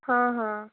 ହଁ ହଁ